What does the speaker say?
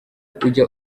ujya